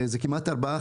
כמעט ארבעה,